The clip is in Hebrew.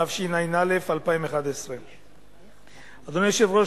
התשע"א 2011. אדוני היושב-ראש,